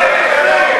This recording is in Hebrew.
להעמיד להצבעה לוועדות.